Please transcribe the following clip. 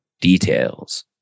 details